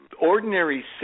ordinary